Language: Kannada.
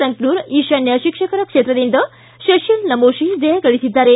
ಸಂಕನೂರ ಈತಾನ್ಯ ಶಿಕ್ಷಕರ ಕ್ಷೇತ್ರದಿಂದ ಶಶೀಲ್ ನಮೋಶಿ ಜಯಗಳಿಸಿದ್ದಾರೆ